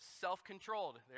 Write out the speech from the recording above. self-controlled